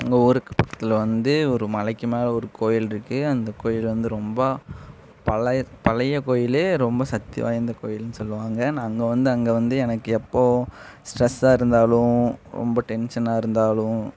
எங்கள் ஊருக்கு பக்கத்தில் வந்து ஒரு மலைக்கு மேலே ஒரு கோயில் இருக்குது அந்த கோயில் வந்து ரொம்ப பழைய பழைய கோயில் ரொம்ப சக்தி வாய்ந்த கோயிலுன்னு சொல்லுவாங்க நான் அங்கே வந்து அங்கே வந்து எனக்கு எப்போதும் ஸ்ட்ரெஸ்ஸாக இருந்தாலும் ரொம்ப டென்ஷாக இருந்தாலும்